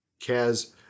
Kaz